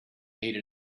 made